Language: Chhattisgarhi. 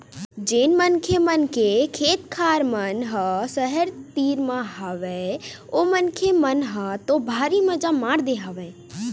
जेन मनखे मन के खेत खार मन ह सहर तीर म हवय ओ मनखे मन ह तो भारी मजा मार दे हवय